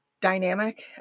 dynamic